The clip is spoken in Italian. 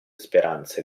speranze